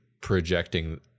projecting